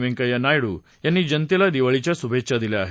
व्यंकय्या नायडू यांनी जनतेला दिवाळीच्या शुभेच्छा दिल्या आहेत